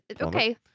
Okay